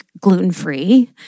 gluten-free